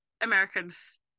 Americans